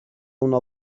una